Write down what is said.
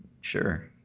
Sure